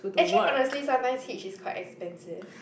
actually honestly sometimes hitch is quite expensive